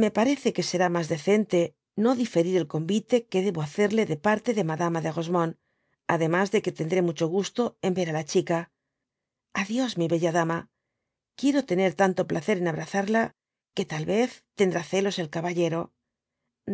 me parece que será mas decente no n dby google diferir el conyite que debo hacerle de parte de madama de rosemonde ademas de que tendré mucho guto en ver á la chica a dios mi bila dama quiero tener tanto placer en abrazarla y que tal yez tendrá zelos el caballero